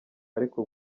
ariko